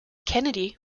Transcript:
kennedy